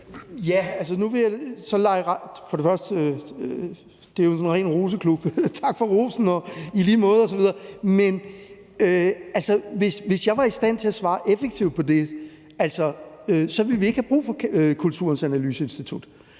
det første vil jeg sige, at det jo er den rene roseklub, og tak for rosen, og i lige måde osv. Men hvis jeg var i stand til at svare effektivt på det, ville vi ikke have brug for Kulturens Analyseinstitut.